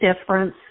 difference